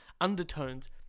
undertones